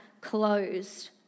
closed